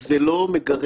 --- לא.